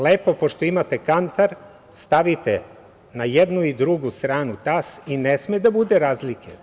Lepo, pošto imate kantar, stavite na jednu i drugu stranu tas i ne sme da bude razlike.